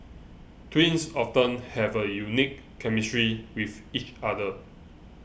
twins often have a unique chemistry with each other